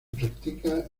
practica